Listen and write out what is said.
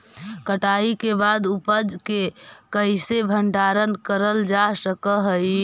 कटाई के बाद उपज के कईसे भंडारण करल जा सक हई?